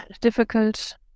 difficult